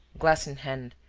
glass in hand,